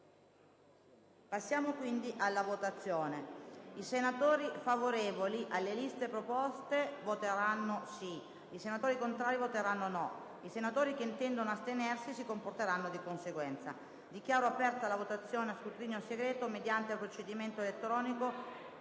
Passiamo quindi alla votazione. I senatori favorevoli alle liste proposte voteranno sì. I senatori contrari voteranno no. I senatori che intendono astenersi si comporteranno di conseguenza. Dichiaro aperta la votazione a scrutinio segreto, mediante procedimento elettronico,